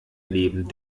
neben